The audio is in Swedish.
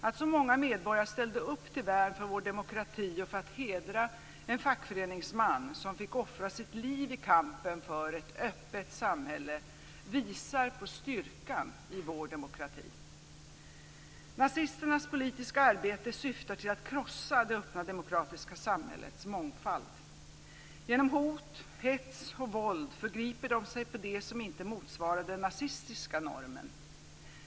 Att så många medborgare ställde upp till värn för vår demokrati och för att hedra en fackföreningsman som fick offra sitt liv i kampen för ett öppet samhälle visar på styrkan i vår demokrati. Nazisternas politiska arbete syftar till att krossa det öppna demokratiska samhällets mångfald. Genom hot, hets och våld förgriper de sig på det som inte motsvarar den nazistiska normen.